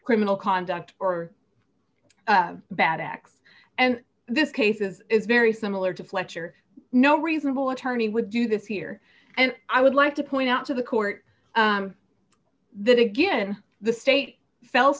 criminal conduct or bad acts and this cases is very similar to fletcher no reasonable attorney would do this here and i would like to point out to the court that again the state fel